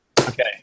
Okay